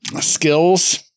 skills